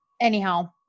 anyhow